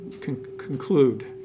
conclude